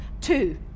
Two